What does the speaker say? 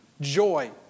Joy